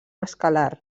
escalar